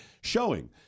showing